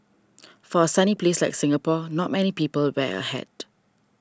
for a sunny place like Singapore not many people wear a hat